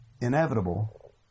inevitable